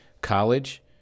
college